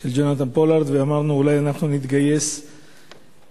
של ג'ונתן פולארד, ואמרתי, אולי אנחנו נתגייס למען